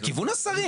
לכיוון השרים.